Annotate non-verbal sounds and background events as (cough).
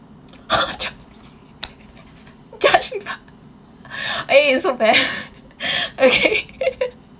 (laughs) judge eh so bad (laughs) okay (laughs)